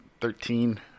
Thirteen